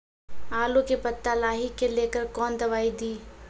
आलू के पत्ता लाही के लेकर कौन दवाई दी?